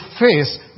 face